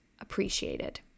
appreciated